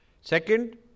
Second